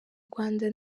rwanda